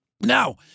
Now